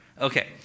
Okay